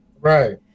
Right